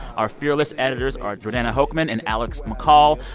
our fearless editors are jordana hochman and alex mccall.